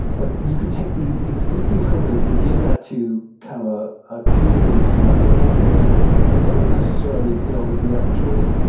like you could take the exis ting codebase and give that to kind of ah a community that's marginally active and they wouldn't necessarily be able to do that much with it.